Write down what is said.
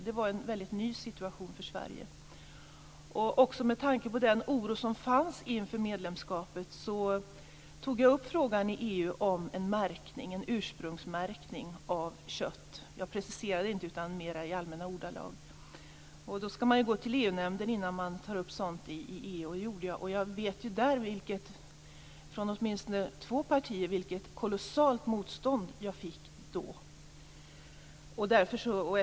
Det var en helt ny situation för Med tanke på den oro som fanns inför medlemskapet tog jag i EU upp frågan om en ursprungsmärkning av kött. Jag preciserade det inte utan gjorde det mer i allmänna ordalag. Innan man tar upp sådana frågor i EU ska man gå till EU-nämnden, vilket jag gjorde. Jag minns vilket kolossalt motstånd jag då mötte, åtminstone från två partier.